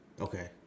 Okay